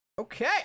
Okay